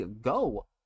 go